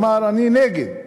אמר: אני נגד.